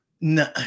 No